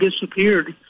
disappeared